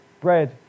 bread